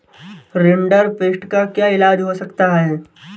rinderpest का क्या इलाज हो सकता है